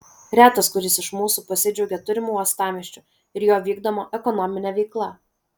retas kuris iš mūsų pasidžiaugia turimu uostamiesčiu ir jo vykdoma ekonomine veikla